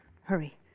Hurry